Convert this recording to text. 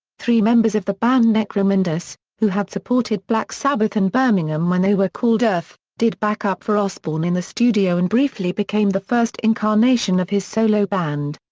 three members of the band necromandus, who had supported black sabbath in birmingham when they were called earth, earth, did backup for osbourne in the studio and briefly became the first incarnation of his solo band.